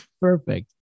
Perfect